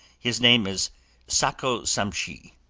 his name is sakko-samshi.